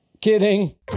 Kidding